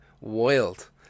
wild